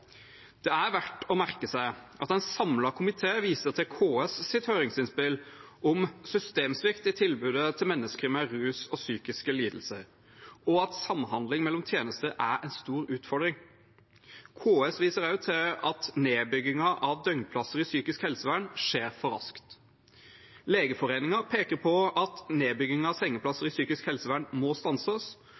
Det er verdt å merke seg at en samlet komité viser til KS’ høringsinnspill om systemsvikt i tilbudet til mennesker med rusproblemer og psykiske lidelser, og at samhandling mellom tjenester er en stor utfordring. KS viser også til at nedbyggingen av døgnplasser i psykisk helsevern skjer for raskt. Legeforeningen peker på at nedbyggingen av sengeplasser i psykisk helsevern må stanses,